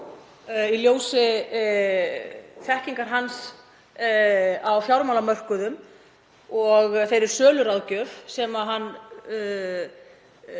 í ljósi þekkingar hans á fjármálamörkuðum og þeirri söluráðgjöf sem var